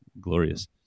glorious